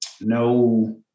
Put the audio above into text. no